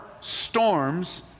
storms